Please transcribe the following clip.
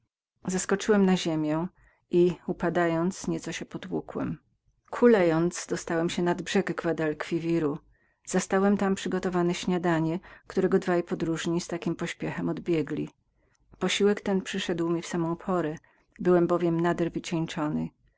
zeskoczyłem na ziemię i w upadku mocno się stłukłem cały potłuczony i kulejąc dostałem się na brzegi guad al quiwiru i zastałem tam przygotowane śniadanie którego dwaj podróżni z takim pośpiechem byli odbiegli posiłek ten przyszedł mi w samą porę byłem bowiem nader wycieńczony